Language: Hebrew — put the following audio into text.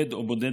בודד או בודדה,